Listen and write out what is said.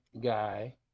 guy